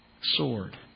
Sword